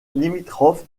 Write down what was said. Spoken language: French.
limitrophe